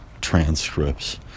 transcripts